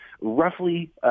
roughly –